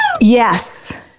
Yes